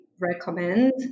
recommend